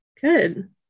Good